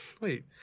Wait